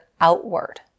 outward